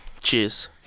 Cheers